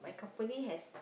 company has